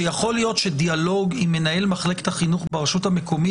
שיכול להיות שדיאלוג עם מנהל מחלקת החינוך ברשות המקומית